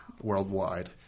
worldwide